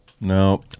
No